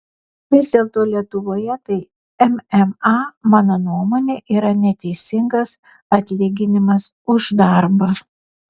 vis dėlto lietuvoje tai mma mano nuomone yra neteisingas atlyginimas už darbą